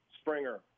Springer